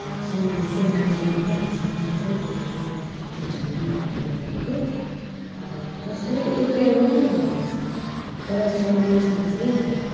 र sunrise चाहिँ दार्जिलिङमा अनि सन सेट चाहिँ मैले त्यहाँ गोरुबथानको त्यो झन्डी भन्ने ठाउँमा हेरेको जस्तै एउटा एउटै नै हुँदो रहेछ तर सनराइजमा चाहिँ अब